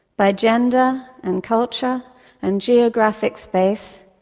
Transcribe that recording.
by gender and culture and geographic space,